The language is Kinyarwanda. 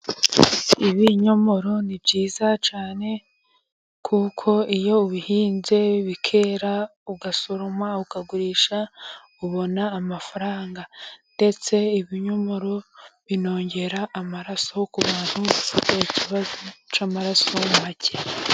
ibinyomoro ni byiza cyane kuko iyo ubihinze bikera ugasoroma, ukagurisha ubona amafaranga, ndetse ibinyomoro binongera amaraso ku bantu bafite ikibazo cy'amaraso makeya.